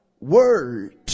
word